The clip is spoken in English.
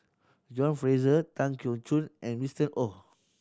John Fraser Tan Keong Choon and Winston Oh